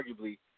arguably